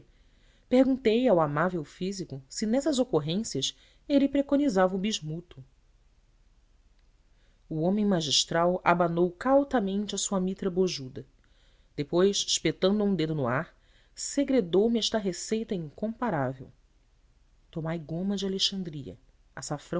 perguntei ao amável físico se nessas ocorrências ele preconizava o bismuto o homem magistral abanou cautamente a sua mitra bojuda depois espetando um dedo no ar segredou me esta receita incomparável tomai goma de alexandria